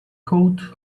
coat